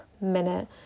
minute